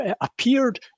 appeared